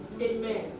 Amen